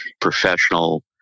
professional